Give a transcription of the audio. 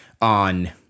on